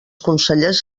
consellers